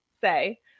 say